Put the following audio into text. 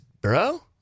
bro